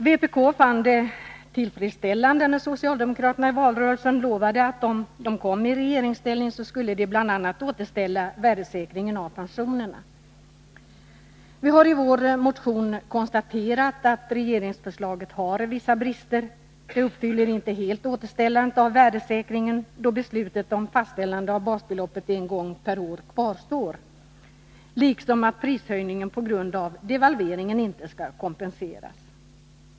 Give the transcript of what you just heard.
Vpk fann det tillfredsställande när socialdemokraterna i valrörelsen lovade, att om de kom i regeringsställning, skulle de bl.a. återställa värdesäkringen av pensionerna. Vi har i vår motion konstaterat att regeringsförslaget har vissa brister. Det uppfyller inte helt kravet på återställande av värdesäkringen, då beslutet om fastställande av basbeloppet en gång per år kvarstår, liksom att prishöjningen på grund av devalveringen inte skall kompenseras.